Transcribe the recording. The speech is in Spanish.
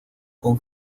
con